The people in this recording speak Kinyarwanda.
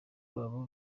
babo